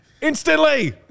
instantly